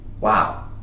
wow